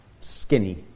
skinny